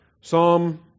Psalm